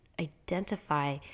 identify